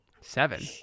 Seven